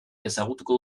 ezagutuko